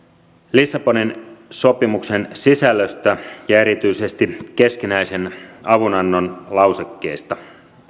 lissabonin sopimuksen sisällöstä ja erityisesti keskinäisen avunannon lausekkeesta